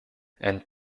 and